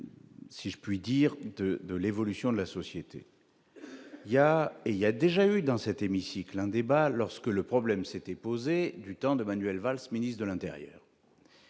si je puis dire, de l'évolution de la société, il y a, il y a déjà eu dans cet hémicycle un débat lorsque le problème s'était posé du temps de Manuel Valls, ministre de l'Intérieur,